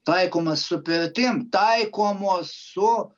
taikomas su pirtim taikomos su